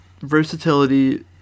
versatility